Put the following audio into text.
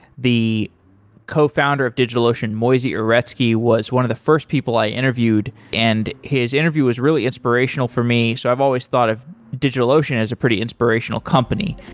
the cofounder of digitalocean, moisey uretsky, was one of the first people i interviewed, and his interview was really inspirational for me. so i've always thought of digitalocean as a pretty inspirational company.